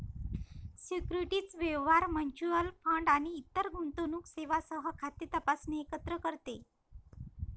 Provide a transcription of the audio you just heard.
securities व्यवहार, mutual fund आणि इतर गुंतवणूक सेवांसह खाते तपासणे एकत्र करते